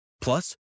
Plus